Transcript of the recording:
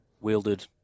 wielded